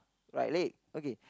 right leg okay